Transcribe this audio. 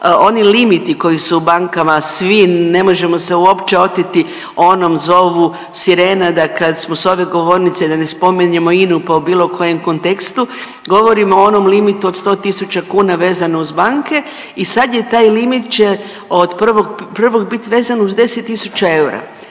oni limiti koji su u bankama svi, ne možemo se uopće oteti onom zovu sirena, da kad smo s ove govornice da ne spominjemo INA-u po bilo kojem kontekstu govorim o onom limitu od 100 000 kuna vezano uz banke. I sad je taj limit će od 1.1. biti vezan uz 10 000 eura.